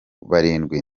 barindwi